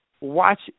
watch